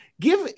Give